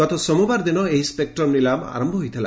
ଗତ ସୋମବାର ଦିନ ଏହି ସ୍ୱେକ୍ରମ୍ ନିଲାମ ଆରମ୍ଭ ହୋଇଥିଲା